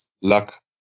luck